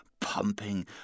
pumping